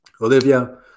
olivia